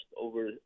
over